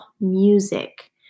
music